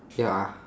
ya